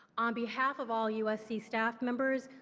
on behalf of all usc staff members,